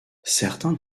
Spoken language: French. certains